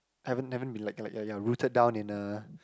haven't haven't been like like ya rooted down in a